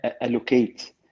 allocate